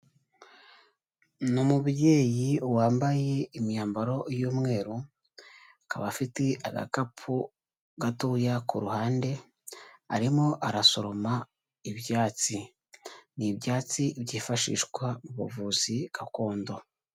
Ni umubyeyi, wambaye imyambaro y'umweru, akaba afite agakapu gatoya ku ruhande, arimo arasoroma ibyatsi. Ni ibyatsi byifashishwa mu buvuzi gakondo.